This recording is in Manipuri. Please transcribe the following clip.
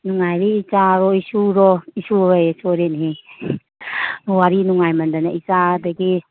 ꯅꯨꯡꯉꯥꯏꯔꯤ ꯏꯆꯥꯔꯣ ꯏꯁꯨꯔꯣ ꯏꯁꯨ ꯍꯥꯏꯌꯦ ꯁꯣꯏꯔꯦꯅꯦꯍꯦ ꯋꯥꯔꯤ ꯅꯨꯡꯉꯥꯏꯃꯟꯗꯅ ꯏꯆꯥꯗꯒꯤ